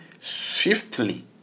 swiftly